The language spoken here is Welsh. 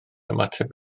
ymateb